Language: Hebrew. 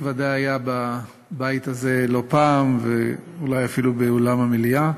היה בבית הזה לא פעם, ואולי אפילו באולם המליאה,